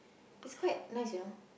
it's quite nice you know